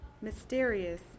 mysterious